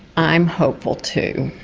i'm hopeful too.